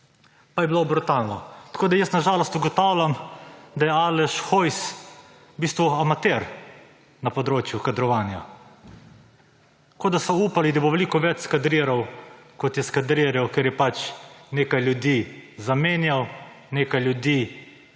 Pa je bilo brutalno. Tako na žalost ugotavljam, da je Aleš Hojs v bistvu amater na področju kadrovanja. Kot da so upali, da bo veliko več skadriral, kot je skadriral, ker je pač nekaj ljudi zamenjal, nekaj ljudi